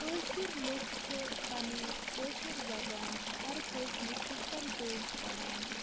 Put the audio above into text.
کٲشِر لُکھ چھِ پَنٕنۍ کٲشِر زبان ہر کٲنٛسہِ نِش تِتھ کٔنۍ پیش کَران